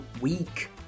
week